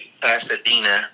Pasadena